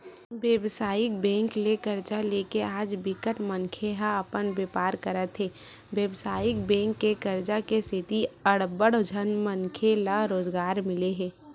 बेवसायिक बेंक ले करजा लेके आज बिकट मनखे ह अपन बेपार करत हे बेवसायिक बेंक के करजा के सेती अड़बड़ झन मनखे ल रोजगार मिले हे